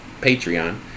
Patreon